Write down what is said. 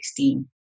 2016